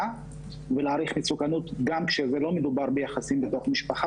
ולהעריך מסוכנות גם כשלא מדובר ביחסים בתוך משפחה,